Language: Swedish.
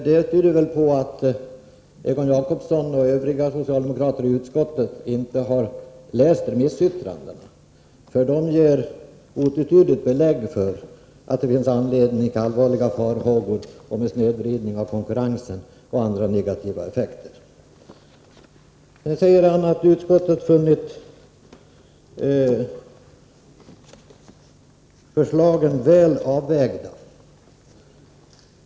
Det tyder väl på att Egon Jacobsson och övriga socialdemokrater i utskottet inte har läst remissyttrandena, för de ger otvetydigt belägg för att det finns anledning till mycket allvarliga farhågor för en snedvridning av konkurrensen och andra negativa effekter. Sedan säger Egon Jacobsson att utskottet funnit förslaget väl avvägt.